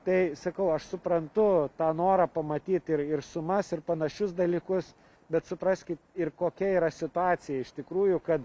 tai sakau aš suprantu tą norą pamatyt ir ir sumas ir panašius dalykus bet supraskit ir kokia yra situacija iš tikrųjų kad